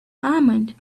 almond